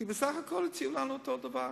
כי בסך הכול הציעו לנו אותו הדבר.